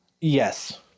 Yes